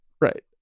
Right